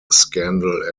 scandal